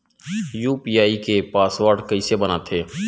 UPI के password कइसे बनाथे?